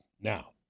Now